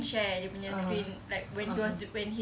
(uh huh) (uh huh)